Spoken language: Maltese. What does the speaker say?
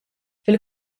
fil